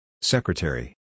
Secretary